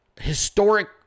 historic